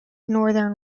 northern